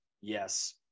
Yes